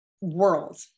world